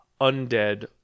Undead